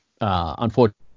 unfortunately